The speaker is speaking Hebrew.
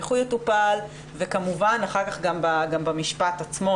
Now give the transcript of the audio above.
איך הוא יטופל וכמובן אחר כך גם במשפט עצמו,